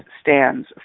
stands